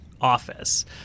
office